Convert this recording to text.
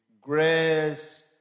grace